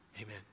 amen